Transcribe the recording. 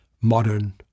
modern